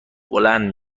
بلند